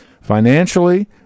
financially